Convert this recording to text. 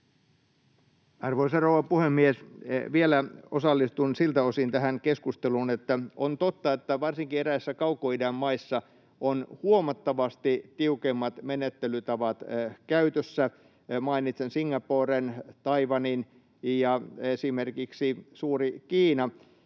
Arvoisa rouva puhemies! Vielä osallistun siltä osin tähän keskusteluun, että on totta, että varsinkin eräissä Kaukoidän maissa on huomattavasti tiukemmat menettelytavat käytössä — mainitsen Singaporen, Taiwanin ja esimerkiksi suurimpana